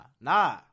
nah